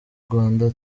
rwanda